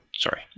sorry